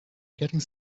getting